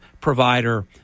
provider